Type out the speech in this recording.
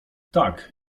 tak